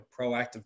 proactive